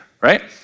right